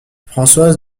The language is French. françoise